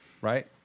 right